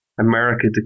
America